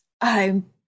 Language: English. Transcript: I'm-